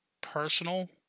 personal